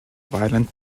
violent